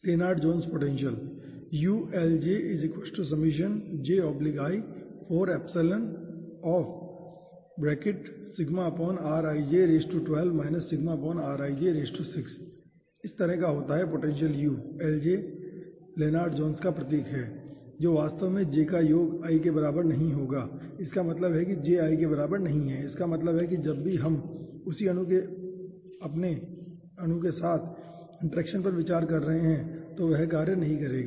Lennard Jones potential इस तरह का होता है पोटेंशियल LJ लेनार्ड जोन्स का प्रतीक है जो वास्तव में j का योग i के बराबर नहीं होगा इसका मतलब है कि j i के बराबर नहीं है इसका मतलब है कि जब भी हम उसी अणु का अपने अणु के साथ इंटरेक्शन पर विचार कर रहे हैं तो यह कार्य नहीं करेगा